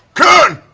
kern!